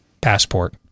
passport